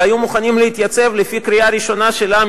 והיו מוכנים להתייצב לפי קריאה ראשונה שלה,